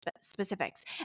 specifics